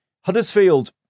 Huddersfield